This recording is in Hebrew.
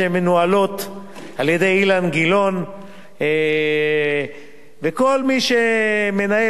שמנוהלות על-ידי אילן גילאון וכל מי שמנהל.